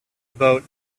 boat